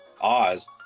Oz